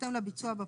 בהתאם לביצוע בפועל.